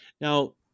Now